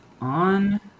On